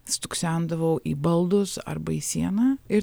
stuksendavau į baldus arba į sieną ir